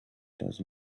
does